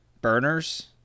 Burners